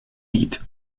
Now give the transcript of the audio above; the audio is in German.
lied